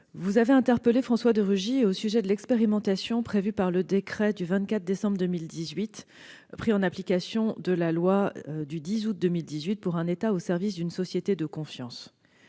vous avez interpellé François de Rugy au sujet de l'expérimentation prévue par le décret du 24 décembre 2018, pris en application de la loi du 10 août 2018 pour un État au service d'une société de confiance,